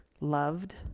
loved